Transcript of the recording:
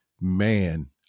man